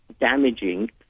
damaging